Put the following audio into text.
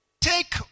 take